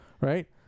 Right